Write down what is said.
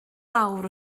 lawr